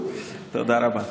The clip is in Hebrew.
תודה רבה.